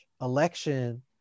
election